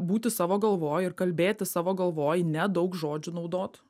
būti savo galvoj ir kalbėti savo galvoj nedaug žodžių naudot